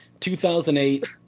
2008